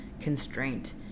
constraint